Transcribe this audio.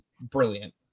brilliant